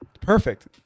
Perfect